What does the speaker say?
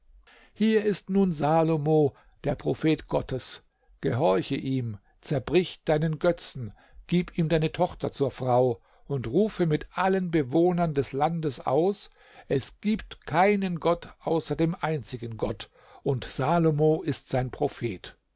hier ist nun salomo der prophet gottes gehorche ihm zerbrich deinen götzen gib ihm deine tochter zur frau und rufe mit allen bewohnern des landes aus es gibt keinen gott außer dem einzigen gott und salomo ist sein prophet